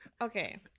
okay